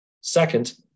Second